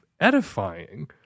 edifying